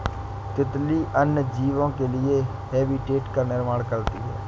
तितली अन्य जीव के लिए हैबिटेट का निर्माण करती है